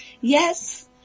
Yes